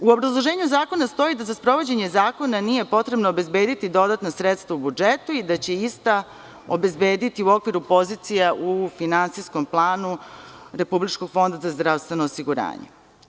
U obrazloženju zakona stoji da za sprovođenje zakona nije potrebno obezbediti dodatna sredstva u budžetu i da će ista obezbediti u okviru pozicija u finansijskom planu Republičkog fonda zdravstvenog osiguranja.